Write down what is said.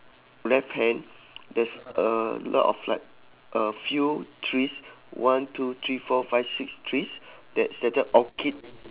left hand there's a lot of like a few trees one two three four five six trees that's stated orchid